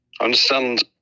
understand